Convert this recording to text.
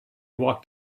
walked